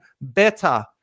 better